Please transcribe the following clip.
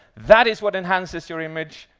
that is what enhances your image.